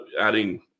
adding